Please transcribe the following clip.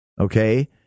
okay